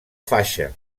faixa